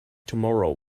tomorrow